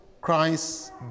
Christ